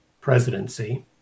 presidency